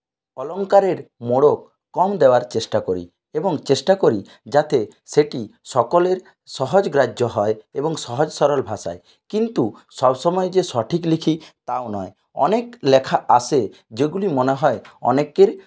অলংকারের মোড়ক কম দেওয়ার চেষ্টা করি এবং চেষ্টা করি যাতে সেটি সকলের সহজ গ্রাহ্য হয় এবং সহজ সরল ভাষায় কিন্তু সবসময় যে সঠিক লিখি তাও নয় অনেক লেখা আসে যেগুলি মনে হয় অনেকের